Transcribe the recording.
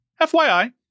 FYI